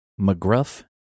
McGruff